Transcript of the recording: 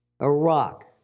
Iraq